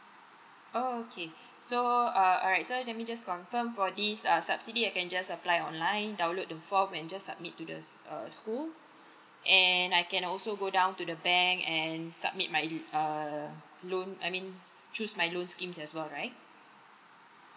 oh okay so err alright so let me just confirm for these uh subsidy I can just apply online download the form and just submit to the err school and I can also go down to the bank and submit my err loan I mean choose my loan scheme as well right